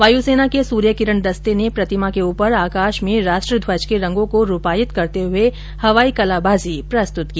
वायुसेना के सूर्य किरण दस्ते ने प्रतिमा के ऊपर आकाश में राष्ट्र ध्वज के रंगों को रुपायित करते हुए हवाई कलाबाजी प्रस्तुत की